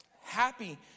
Happy